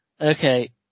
Okay